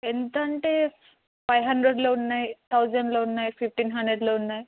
ఎంత అంటే ఫైవ్ హండ్రెడ్లో ఉన్నాయి థౌసండ్లో ఉన్నాయి ఫిఫ్టీన్ హండ్రెడ్లో ఉన్నాయి